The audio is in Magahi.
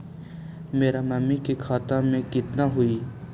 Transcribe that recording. मेरा मामी के खाता में कितना हूउ?